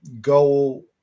go